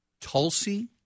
Tulsi